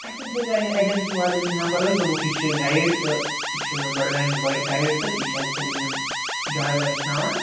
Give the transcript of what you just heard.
اسہِ حظ ہیٚژاے یہِ ایٚجنسی والیٚن یہِ نمبر حظ دوٚپُکھ یہِ چھُ گایڈ تہٕ یہِ چھُ بڈگامیُک گایڈ تہٕ یہِ چھُ اَتہِ سٲلِم یِم جایہِ وایہِ ہیٚچھناوان